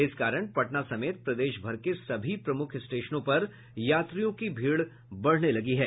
इस कारण पटना समेत प्रदेशभर के सभी प्रमुख स्टेशनों पर यात्रियों की भीड़ बढ़ने लगी है